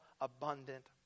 abundant